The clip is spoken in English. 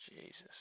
Jesus